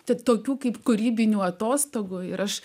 tik tokių kaip kūrybinių atostogų ir aš